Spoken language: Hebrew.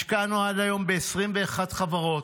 השקענו עד היום ב-21 חברות.